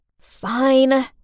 Fine